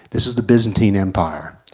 this is the byzantine empire.